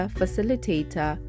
facilitator